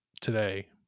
today